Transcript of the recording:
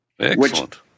Excellent